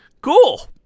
Cool